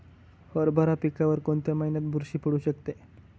हरभरा पिकावर कोणत्या महिन्यात बुरशी पडू शकते?